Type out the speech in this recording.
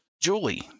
Julie